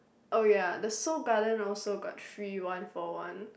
oh ya the Seoul Garden also got free one for one